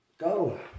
Go